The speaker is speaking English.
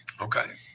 Okay